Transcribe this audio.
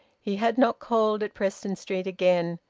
he had not called at preston street again.